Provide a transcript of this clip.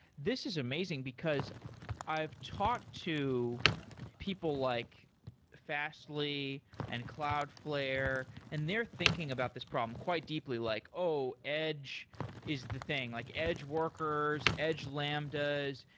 this is amazing, because i've talked to people like fastly and cloudflare, and they're thinking about this problem quite deeply, like, oh! edge is the thing. like edge workers, edge lambdas,